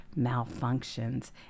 malfunctions